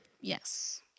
Yes